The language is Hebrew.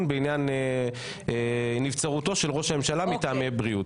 בעניין נבצרותו של ראש הממשלה מטעמי בריאות.